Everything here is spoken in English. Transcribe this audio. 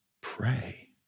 pray